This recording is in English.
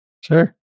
Sure